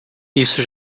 isso